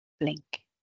Blink